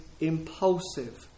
impulsive